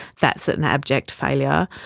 that's an abject failure,